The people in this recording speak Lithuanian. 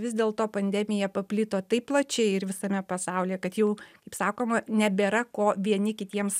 vis dėl to pandemija paplito taip plačiai ir visame pasaulyje kad jau kaip sakoma nebėra ko vieni kitiems